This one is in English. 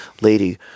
lady